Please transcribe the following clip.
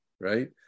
right